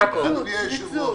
אדוני היושב-ראש,